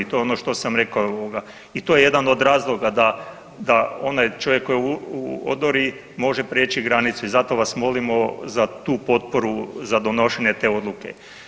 To je ono što sam rekao ovoga i to je jedan od razloga da onaj čovjek koji je u odori može prijeći granicu i zato vas molimo da tu potporu za donošenje te odluke.